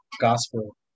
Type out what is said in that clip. gospel